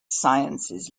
sciences